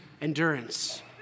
endurance